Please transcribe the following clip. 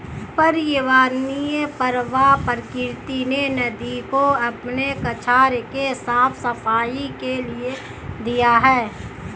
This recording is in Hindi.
पर्यावरणीय प्रवाह प्रकृति ने नदी को अपने कछार के साफ़ सफाई के लिए दिया है